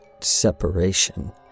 separation